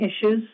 issues